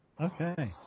Okay